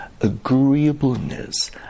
agreeableness